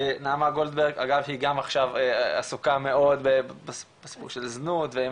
נעמה גולדברג רגב שהיא גם עכשיו עסוקה מאוד בסיפור של זנות ואם